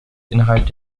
innerhalb